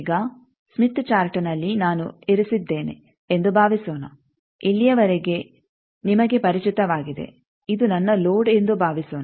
ಈಗ ಸ್ಮಿತ್ ಚಾರ್ಟ್ನಲ್ಲಿ ನಾನು ಇರಿಸಿದ್ದೇನೆ ಎಂದು ಭಾವಿಸೋಣ ಇಲ್ಲಿಯವರೆಗೆ ನಿಮಗೆ ಪರಿಚಿತವಾಗಿದೆ ಇದು ನನ್ನ ಲೋಡ್ ಎಂದು ಭಾವಿಸೋಣ